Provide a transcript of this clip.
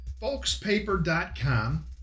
folkspaper.com